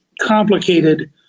complicated